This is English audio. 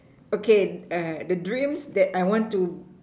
okay uh the dreams that I want to